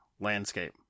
landscape